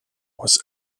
was